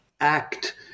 act